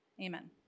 Amen